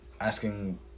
asking